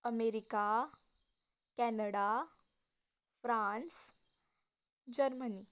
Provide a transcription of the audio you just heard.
America Canada France Germany